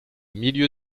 milieu